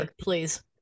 Please